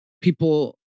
people